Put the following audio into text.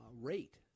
rate